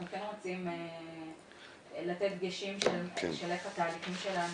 אנחנו כן רוצים לתת דגשים איך התהליכים שלנו